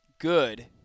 good